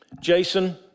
Jason